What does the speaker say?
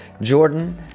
Jordan